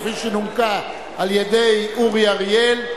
שנומקה על-ידי חבר הכנסת אורי אריאל,